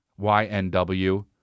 YNW